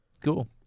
Cool